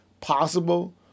possible